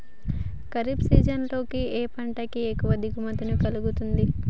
Kharif season లో ఏ పంట కి ఎక్కువ దిగుమతి కలుగుతుంది?